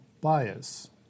bias